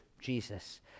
Jesus